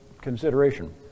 consideration